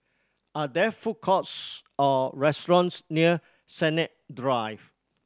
are there food courts or restaurants near Sennett Drive